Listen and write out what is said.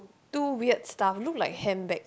two weird stuff look like hand bag